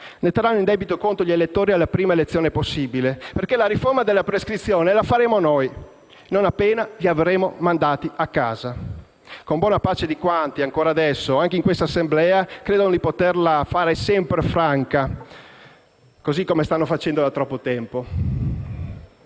ne terranno in debito conto gli elettori alla prima elezione possibile. La riforma della prescrizione la faremo noi, non appena vi avremo mandato a casa, con buona pace di quanti, ancora adesso e anche in quest'Assemblea, credono di poterla fare sempre franca, così come stanno facendo da troppo tempo.